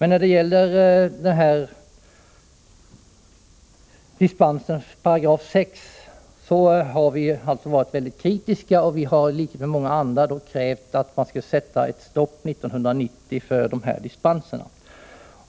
När det gäller dispenserna i 6 § har vi varit väldigt kritiska, och vi har liksom många andra krävt att man skall sätta ett stopp 1990 för dessa dispenser.